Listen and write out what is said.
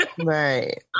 right